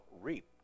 reap